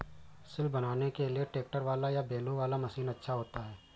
सिल बनाने के लिए ट्रैक्टर वाला या बैलों वाला मशीन अच्छा होता है?